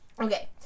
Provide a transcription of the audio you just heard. Okay